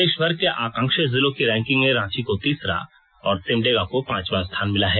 देशभर के आकांक्षी जिलों की रैंकिंग में रांची को तीसरा और सिमडेगा को पांचवां स्थान मिला है